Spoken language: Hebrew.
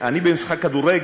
אני אומנם במשחק כדורגל,